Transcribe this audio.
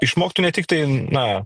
išmoktų ne tiktai na